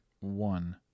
one